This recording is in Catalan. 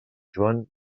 joan